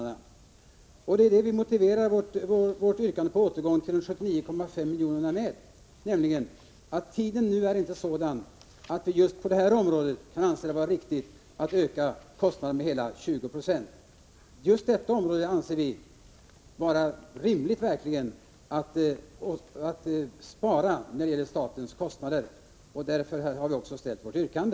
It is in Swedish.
Det är också med detta som vi motiverar vårt yrkande om en återgång till ett stöd på 79,5 milj.kr. — nämligen att tiden nu inte är sådan att det kan vara rimligt att öka kostnaderna med hela 20 20. Just på detta område anser vi det rimligt att spara på statens kostnader. Därför har vi också framställt vårt yrkande.